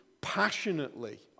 passionately